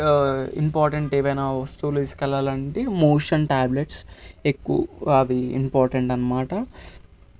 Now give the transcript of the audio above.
important ఏవైనా వస్తువులు తీసుకెళ్ళాలంటే మోషన్ టాబ్లెట్స్ ఎక్కువ అవి ఇంపార్టెంట్ అనమాట